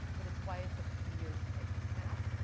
but it's why it took three years to make this app.